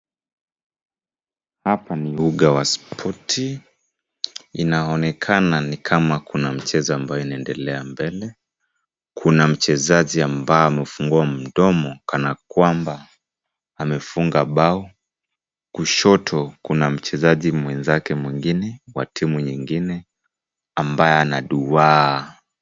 Hapa ni uga wa sporti, inaonekana ni kama kuna mchezo ambayo inaendelea mbele, kuna mchezaji ambaye amefungua mdomo kana kwamba amefunga mbao, kushoto kuna mchezaji mwenzake mwingine wa timu nyingine ambaye anaduwaa.